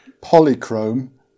Polychrome